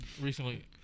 recently